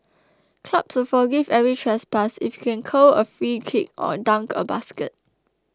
clubs will forgive every trespass if you can curl a free kick or dunk a basket